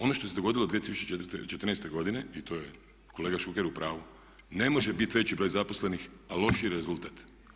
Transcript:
Ono što se dogodilo u 2014. godine i to je kolega Šuker u pravu, ne može bit veći broj zaposlenih a lošiji rezultat.